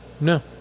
No